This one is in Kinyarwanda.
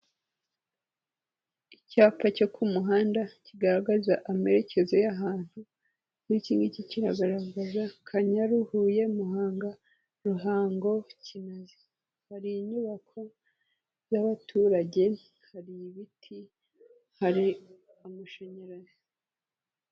Icyapa cyo ku muhanda kigaragaza amerekezo y'ahantu, nk'iki ngiki kiragaragaza Kanyaru, Huye Muhanga, Ruhango, Kinazi, hari inyubako z'abaturage, hari ibiti, hari amashanyarazi.